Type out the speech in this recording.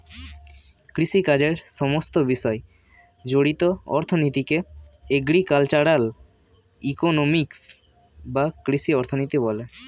কৃষিকাজের সমস্ত বিষয় জড়িত অর্থনীতিকে এগ্রিকালচারাল ইকোনমিক্স বা কৃষি অর্থনীতি বলে